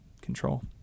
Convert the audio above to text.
control